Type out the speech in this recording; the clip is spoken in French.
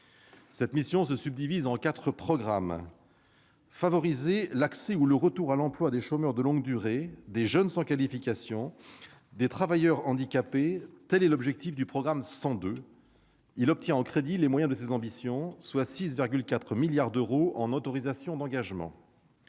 Cette mission se subdivise en quatre programmes. Favoriser l'accès ou le retour à l'emploi des chômeurs de longue durée, des jeunes sans qualification et des travailleurs handicapés, tel est l'objectif du programme 102, qui obtient les moyens de ses ambitions avec 6,4 milliards d'euros en autorisations d'engagement.